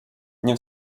nie